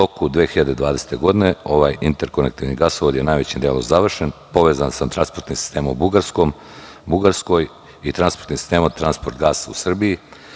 U toku 2020. godine, ovaj interkonektivni gasovod je najveći delom završen, povezan sa transportnim sistemom u Bugarskoj i transportnim sistemom Transport GAS u Srbiji.